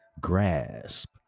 grasp